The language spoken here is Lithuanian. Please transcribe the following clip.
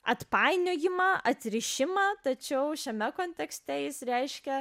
atpainiojimą atrišimą tačiau šiame kontekste jis reiškia